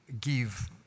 give